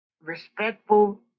respectful